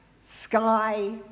sky